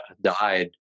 died